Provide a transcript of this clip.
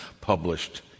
published